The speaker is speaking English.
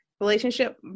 relationship